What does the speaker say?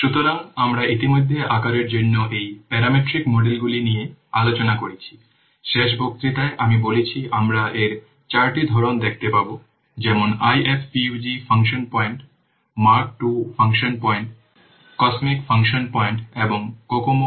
সুতরাং আমরা ইতিমধ্যে আকারের জন্য এই প্যারামেট্রিক মডেলগুলি নিয়ে আলোচনা করেছি শেষ বক্তৃতায় আমি বলেছি আমরা এর 4টি ধরন দেখতে পাব যেমন IFPUG function point Mark II function point COSMIC function point এবং COCOMO 81 এবং COCOMO II